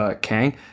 Kang